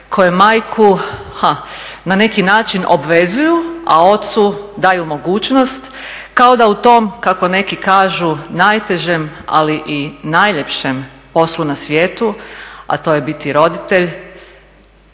koje majku ha, na neki način obvezuju, a ocu daju mogućnost kao da u tom kako neki kažu najtežem ali i najljepšem poslu na svijetu, a to je biti roditelj,